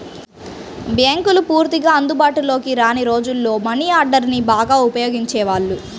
బ్యేంకులు పూర్తిగా అందుబాటులోకి రాని రోజుల్లో మనీ ఆర్డర్ని బాగా ఉపయోగించేవాళ్ళు